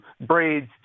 braids